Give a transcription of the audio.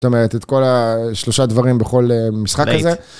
זאת אומרת, את כל השלושה דברים בכל משחק הזה. ראיתי.